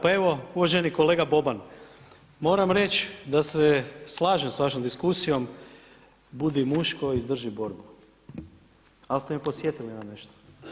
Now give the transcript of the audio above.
Pa evo uvaženi kolega Boban, moram reći da se slažem sa vašom diskusijom, budi muško, izdrži borbu, ali ste me podsjetili na nešto.